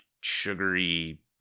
sugary